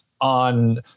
on